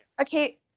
okay